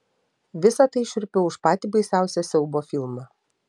visa tai šiurpiau už patį baisiausią siaubo filmą